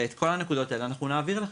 ואת כל הנקודות האלה אנחנו נעביר אליכם.